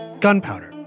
gunpowder